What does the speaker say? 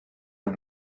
and